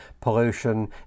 pollution